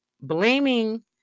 blaming